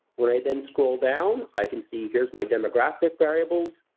when i then scroll down, i can see, here's my demographic variables.